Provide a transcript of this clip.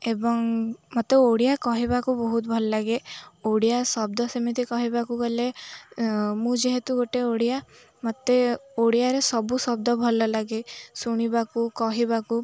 ଏବଂ ମୋତେ ଓଡ଼ିଆ କହିବାକୁ ବହୁତ ଭଲ ଲାଗେ ଓଡ଼ିଆ ଶବ୍ଦ ସେମିତି କହିବାକୁ ଗଲେ ମୁଁ ଯେହେତୁ ଗୋଟେ ଓଡ଼ିଆ ମତେ ଓଡ଼ିଆରେ ସବୁ ଶବ୍ଦ ଭଲ ଲାଗେ ଶୁଣିବାକୁ କହିବାକୁ